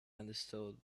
understood